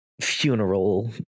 funeral